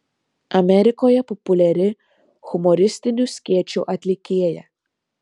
amerikoje populiari humoristinių skečų atlikėja